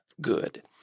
good